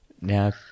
Now